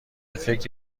فکر